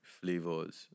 flavors